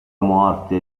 morte